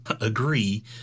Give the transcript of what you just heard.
agree